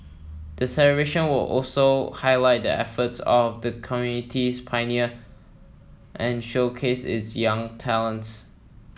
the celebration will also highlight the efforts of the community's pioneer and showcase its young talents